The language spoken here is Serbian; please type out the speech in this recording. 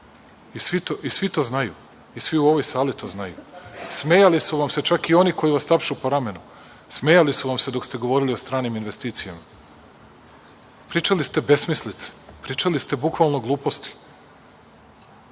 i svi to znaju i svi u ovoj sali to znaju. Smejali su vam se čak i oni koji vas tapšu po ramenu. Smejali su vam se dok ste govorili o stranim investicijama. Pričali ste besmislice. Pričali ste bukvalno gluposti.